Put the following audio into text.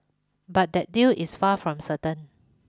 but that deal is far from certain